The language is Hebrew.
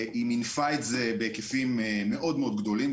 והיא מינפה את זה בהיקפים מאוד גדולים,